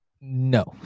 No